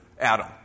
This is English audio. Adam